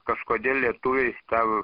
kažkodėl lietuviai tau